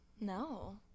No